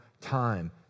time